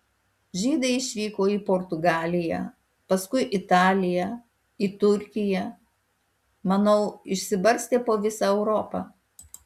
žydai išvyko į portugaliją paskui į italiją į turkiją manau išsibarstė po visą europą